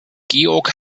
georg